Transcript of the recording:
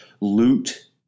loot